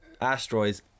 asteroids